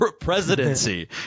presidency